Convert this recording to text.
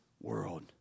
world